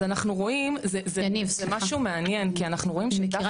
זה משהו מעניין, כי אנחנו רואים שדווקא